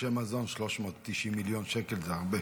תלושי מזון, 390 מיליון שקל, זה הרבה.